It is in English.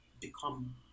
become